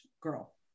girl